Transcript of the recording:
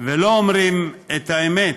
ולא אומרים את האמת,